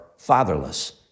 fatherless